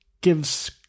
gives